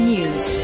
News